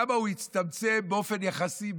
בכמה הוא הצטמצם באופן יחסי,